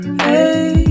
hey